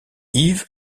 yves